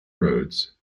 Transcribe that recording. roads